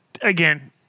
again